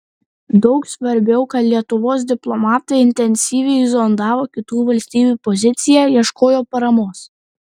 daug svarbiau kad lietuvos diplomatai intensyviai zondavo kitų valstybių poziciją ieškojo paramos